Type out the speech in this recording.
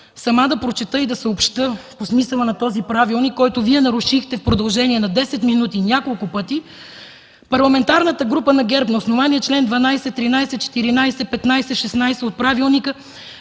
сама да прочета и да съобщя по смисъла на този правилник, който Вие нарушихте в продължение на 10 минути няколко пъти: „В Парламентарната група на ГЕРБ на основание чл. 12, 13, 14, 15 и 16 от правилника